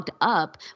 up